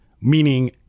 Meaning